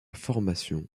formation